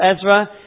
Ezra